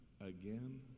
again